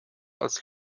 als